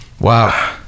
wow